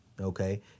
okay